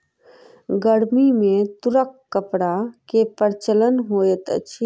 गर्मी में तूरक कपड़ा के प्रचलन होइत अछि